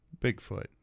Bigfoot